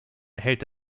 hält